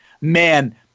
man